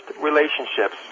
relationships